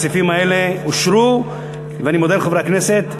הסעיפים האלה אושרו, ואני מודה לחברי הכנסת.